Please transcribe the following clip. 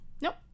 Nope